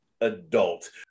adult